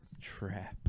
trap